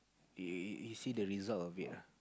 you see the result of it ah